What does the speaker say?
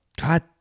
God